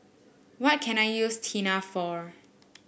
what can I use Tena for